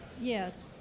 Yes